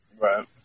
Right